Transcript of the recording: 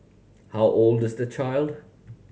how old is the child